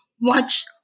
watch